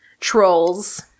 trolls